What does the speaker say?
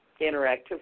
interactive